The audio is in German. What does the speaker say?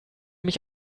mich